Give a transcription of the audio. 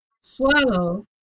swallow